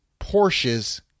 Porsches